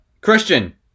christian